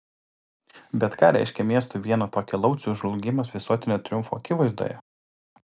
bet ką reiškė miestui vieno tokio lauciaus žlugimas visuotinio triumfo akivaizdoje